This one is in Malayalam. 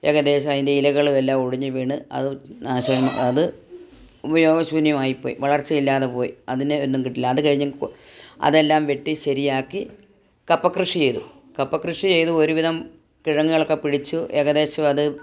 ഏകദേശം അതിൻ്റെ ഇലകൾ എല്ലാം ഒടിഞ്ഞ് വീണ് അത് നാശോന്മ അത് ഉപയോഗശൂന്യമായിപ്പോയി വളർച്ച ഇല്ലാതെ പോയി അതിനെ ഒന്നും കിട്ടില്ല അത് കഴിഞ്ഞ് അതെല്ലാം വെട്ടി ശരിയാക്കി കപ്പകൃഷി ചെയ്തു കപ്പ കൃഷി ചെയ്ത് ഒരുവിധം കിഴങ്ങുകളൊക്കെ പിടിച്ചു ഏകദേശം അത്